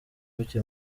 buke